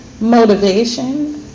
motivation